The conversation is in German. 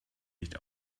nicht